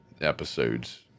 episodes